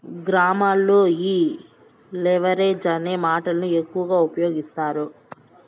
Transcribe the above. గ్రామాల్లో ఈ లెవరేజ్ అనే మాటను ఎక్కువ ఉపయోగిస్తారు